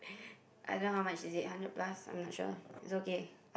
I don't know how much is it hundred plus I'm not sure it's okay